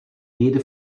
rede